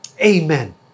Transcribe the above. Amen